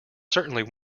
certainly